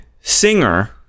singer